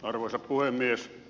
arvoisa puhemies